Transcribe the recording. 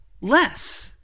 less